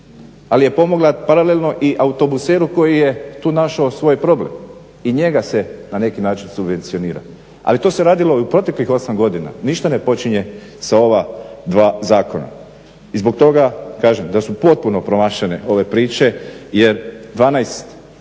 Ali je pomogla paralelno i autobuseru koji je tu našao svoj problem i njega se na neki način subvencionira. Ali to se radilo i u proteklih 8 godina. Ništa ne počinje sa ova dva zakona. I zbog toga kažem da su potpuno promašene ove priče jer 12